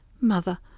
Mother